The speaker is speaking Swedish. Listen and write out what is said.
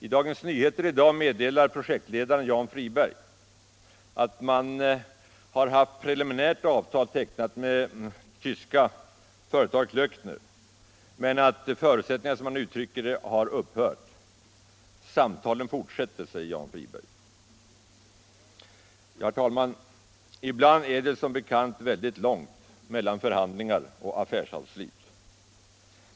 I Dagens Nyheter i dag meddelar projektledaren Jan Friberg att man har haft ett preliminärt avtal tecknat med det tyska företaget Klöckner men att förutsättningarna, som han uttrycker det, har upphört. Samtalen fortsätter, säger Jan Friberg. Herr talman! Ibland är det som bekant långt mellan samtal och affärsavslut.